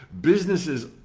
Businesses